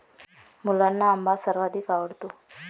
मुलांना आंबा सर्वाधिक आवडतो